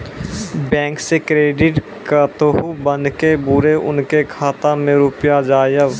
Bank से credit card बन के बुरे उनके खाता मे रुपिया जाएब?